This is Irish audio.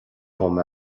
dom